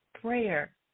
prayer